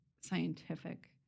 scientific